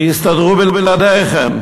ויסתדרו בלעדיכם.